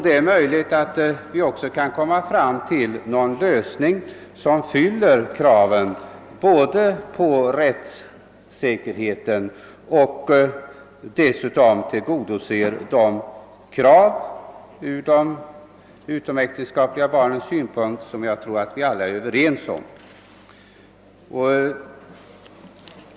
Det är möjligt att vi kan finna någon lösning som tillgodoser både kraven på rättssäkerhet och de utomäktenskapliga barnens intressen, som jag tror vi alla vill slå vakt om.